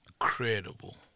incredible